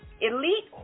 elite